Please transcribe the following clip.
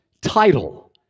title